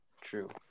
True